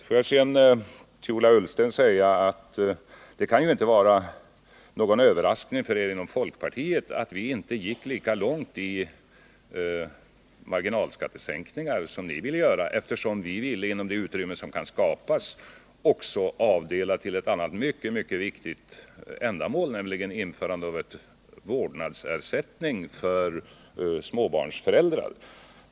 Får jag sedan till Ola Ullsten säga att det kan inte vara någon överraskning för er inom folkpartiet att vi inte gick lika långt i marginalskattesänkningar som ni ville göra, eftersom vi, inom det utrymme som kan skapas, också ville avdela medel till ett annat mycket viktigt ändamål, nämligen införandet av vårdnadsersättning för småbarnsföräldrar.